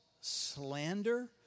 slander